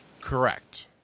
Correct